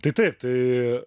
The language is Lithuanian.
tai taip tai